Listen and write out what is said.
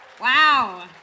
Wow